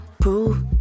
prove